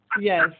Yes